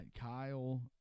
Kyle